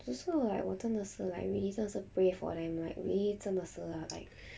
只是 like 我真的是 like really 真的是 pray for them like really 真的是 ah like